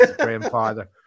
grandfather